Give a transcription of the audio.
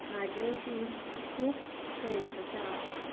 म्हजी अशीं खुब फ्रेंड्स आसा